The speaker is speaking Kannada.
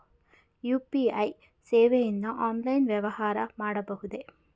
ಯು.ಪಿ.ಐ ಸೇವೆಯಿಂದ ಆನ್ಲೈನ್ ವ್ಯವಹಾರ ಮಾಡಬಹುದೇ?